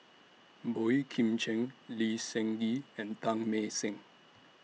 Boey Kim Cheng Lee Seng Gee and Teng Mah Seng